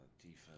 Defense